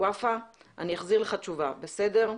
ופאא: "אני אחזיר לך תשובה בסדר?"